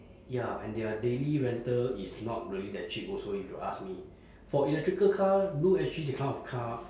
ya and their daily rental is not really that cheap also if you ask me for electrical car blue S_G that kind of car